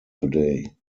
today